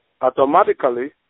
automatically